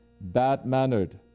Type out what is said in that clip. bad-mannered